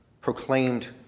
proclaimed